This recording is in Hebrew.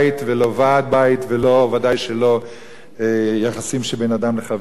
ולא ועד-בית וודאי שלא יחסים שבין אדם לחברו.